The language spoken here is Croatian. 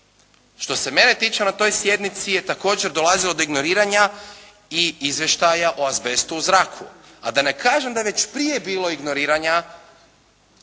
Što se mene tiče na toj sjednici je također dolazilo do ignoriranja i izvještaja o azbestu u zraku. A da ne kažem da je već prije bilo ignoriranja